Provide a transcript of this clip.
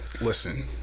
listen